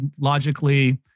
logically